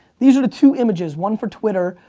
these are the two images, one for twitter,